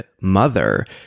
mother